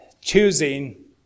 choosing